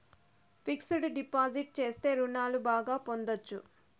fixed deposit చేస్తే రుణాలు బాగా పొందొచ్చు